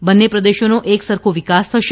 બંને પ્રદેશોનો એક સરખો વિકાસ થાશે